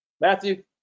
Matthew